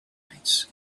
lights